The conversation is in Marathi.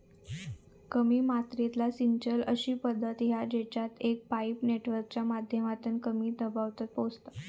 कमी मात्रेतला सिंचन अशी पद्धत हा जेच्यात एक पाईप नेटवर्कच्या माध्यमातना कमी दबावात पोचता